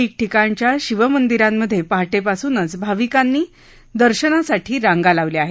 ठिकठिकाणच्या शिममंदिरांमधे पहाटेपासूनच भाविकांनी दर्शनासाठी रांगा लावल्या आहेत